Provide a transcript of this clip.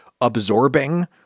absorbing